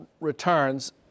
returns